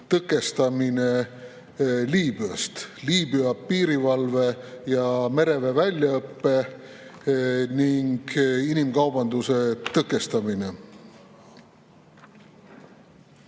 tõkestamine Liibüast, Liibüa piirivalve ja mereväe väljaõpe ning inimkaubanduse tõkestamine.